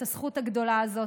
את הזכות הגדולה הזאת,